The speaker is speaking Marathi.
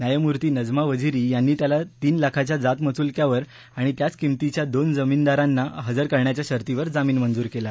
न्यायमूर्ती नजमा वझिरी यांनी त्याला तीन लाखाच्या जातमुचलक्यावर आणि त्याच किमतीच्या दोन जामीनदारांना हजर करण्याच्या शर्तीवर जामीन मंजूर केला आहे